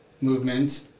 movement